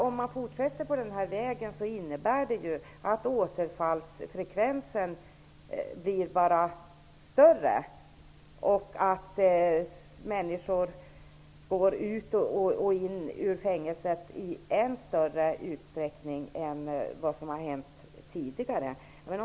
Om man fortsätter på den inslagna vägen innebär det att återfallsfrekvensen blir allt större och att människor kommer att återvända till fängelset i ännu större utsträckning än som tidigare varit fallet.